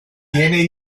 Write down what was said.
tiene